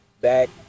back